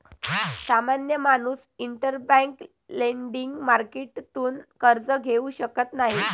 सामान्य माणूस interbank lending मार्केटतून कर्ज घेऊ शकत नाही